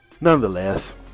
nonetheless